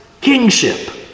kingship